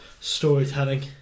storytelling